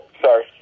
sorry